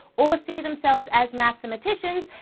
or see themselves as mathematicians,